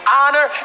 honor